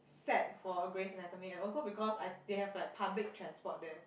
set for grey's anatomy and also because I they have public transport there